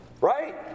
Right